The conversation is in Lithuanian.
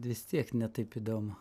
vis tiek ne taip įdomu